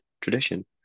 tradition